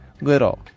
little